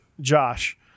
Josh